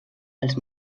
pels